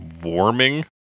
warming